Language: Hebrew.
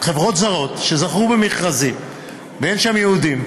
חברות זרות שזכו במכרזים ואין שם יהודים,